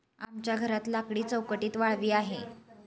आमच्या घरात लाकडी चौकटीत वाळवी आहे